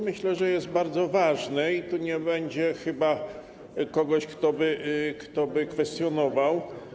Myślę, że to jest bardzo ważne i tu nie będzie chyba nikogo, kto by to kwestionował.